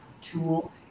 tool